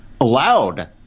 allowed